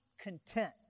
content